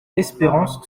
espérance